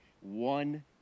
one